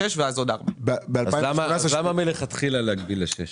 למה מלכתחילה להגביל לשש?